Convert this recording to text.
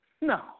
No